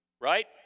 right